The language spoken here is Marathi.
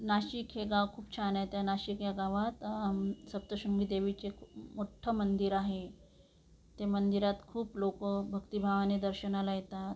नाशिक हे गाव खूप छान आहे त्या नाशिक या गावात सप्तशृंगी देवीचे मोठ्ठं मंदिर आहे ते मंदिरात खूप लोक भक्तिभावाने दर्शनाला येतात